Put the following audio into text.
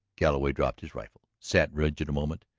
galloway dropped his rifle, sat rigid a moment,